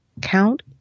count